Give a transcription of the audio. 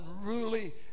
unruly